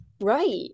Right